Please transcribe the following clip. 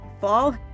fall